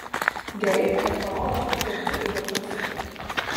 gerai kad parodo kokie brudai valdžioj sėdi